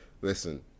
listen